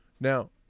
Now